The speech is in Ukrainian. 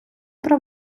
про